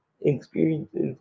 experiences